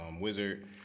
Wizard